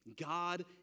God